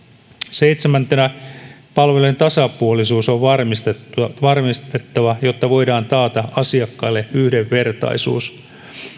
seitsemäntenä palvelujen tasapuolisuus on varmistettava varmistettava jotta voidaan taata asiakkaille yhdenvertaisuus